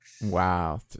Wow